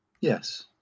Yes